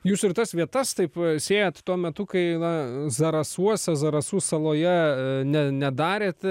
jūs ir tas vietas taip sėjat tuo metu kai na zarasuose zarasų saloje ne nedarėt